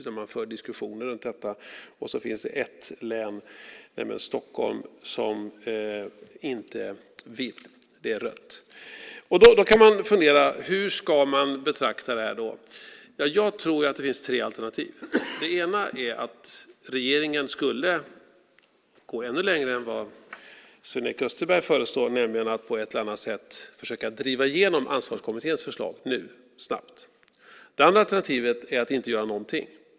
Man för diskussioner runt detta. Och så finns det ett län, nämligen Stockholm, som inte vill. Det är rött. Då kan man fundera på hur man ska betrakta det här. Jag tror att det finns tre alternativ. Det ena är att regeringen skulle gå ännu längre än vad Sven-Erik Österberg föreslår, nämligen på ett eller annat sätt försöka driva igenom Ansvarskommitténs förslag nu, snabbt. Det andra alternativet är att inte göra någonting.